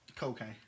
Cocaine